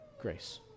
grace